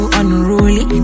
unruly